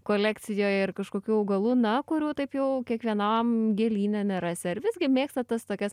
kolekcijoj ir kažkokių augalų na kurių taip jau kiekvienam gėlyne nerasi ar visgi mėgstat tas tokias